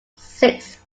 six